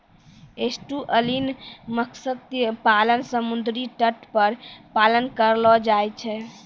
estuarine मत्स्य पालन समुद्री तट पर पालन करलो जाय छै